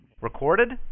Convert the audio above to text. recorded